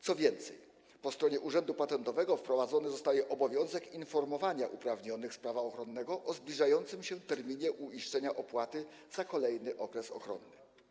Co więcej, po stronie Urzędu Patentowego wprowadzony zostaje obowiązek informowania uprawnionych z prawa ochronnego o zbliżającym się terminie uiszczenia opłaty za kolejny okres ochronny.